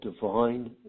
divine